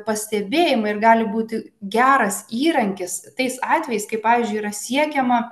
pastebėjimai ir gali būti geras įrankis tais atvejais kai pavyzdžiui yra siekiama